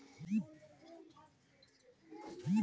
धुरफंदी सँ बचबाक लेल तोरा नीक सँ कागज पढ़ि लेबाक चाही रहय